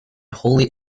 wholly